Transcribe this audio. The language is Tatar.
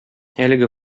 әлеге